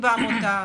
בעמותה?